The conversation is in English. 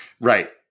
Right